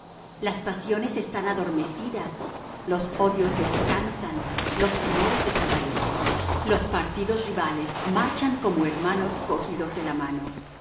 las pasiones están adormecidas los odios descansan los temores desaparecen los partidos rivales marchan como hermanos cogidos de la mano